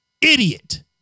Idiot